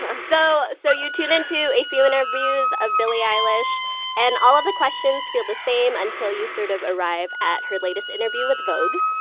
ah so so you tune in to a few interviews of billie eilish and all of the questions feel the same until you sort of arrive at her latest interview with vogue.